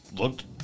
Looked